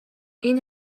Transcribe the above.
این